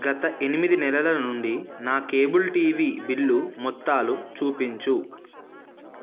గత ఎనిమిది నెలల నుండి నా కేబుల్ టీవీ బిల్లు మొత్తాలు చూపించు